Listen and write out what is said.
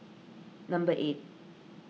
number eight